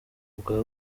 bwa